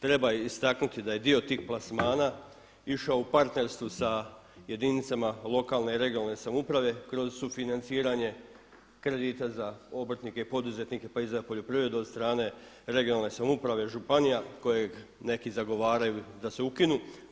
Treba istaknuti da je dio tih plasmana išao u partnerstvu sa jedinicama lokalne i regionalne samouprave kroz sufinanciranje kredita za obrtnike i poduzetnike pa i za poljoprivredu od strane regionalne samouprave i županija kojeg neki zagovaraju da se ukinu.